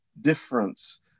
difference